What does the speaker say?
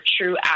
true